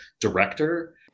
director